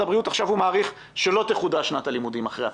הבריאות עכשיו מעריך שלא תחודש שנת הלימודים אחרי פסח,